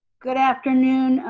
good afternoon,